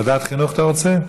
ועדת חינוך אתה רוצה?